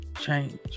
change